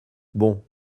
bon